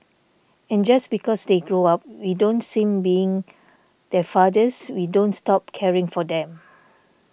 and just because they grow up we don't seem being their fathers we don't stop caring for them